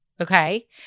Okay